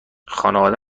خانواده